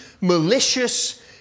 malicious